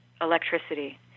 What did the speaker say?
electricity